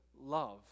love